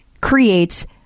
creates